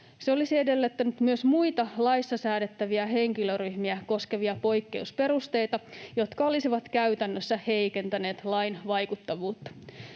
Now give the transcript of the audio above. Se olisi edellyttänyt myös muita laissa säädettäviä henkilöryhmiä koskevia poikkeusperusteita, jotka olisivat käytännössä heikentäneet lain vaikuttavuutta.